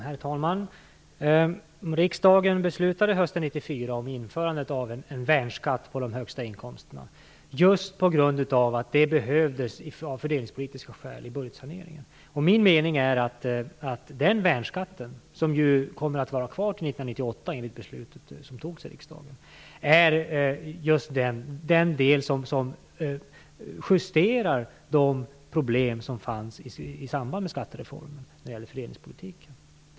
Herr talman! Riksdagen beslutade hösten 1994 om införandet av en värnskatt på de högsta inkomsterna just på grund av att det behövdes av fördelningspolitiska skäl i budgetsaneringen. Min mening är att den värnskatten, som ju kommer att vara kvar till 1998 i enlighet med det beslut som fattades i riksdagen, är just den del som justerar de problem som fanns i samband med skattereformen när det gäller fördelningspolitiken.